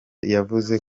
yavuze